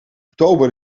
oktober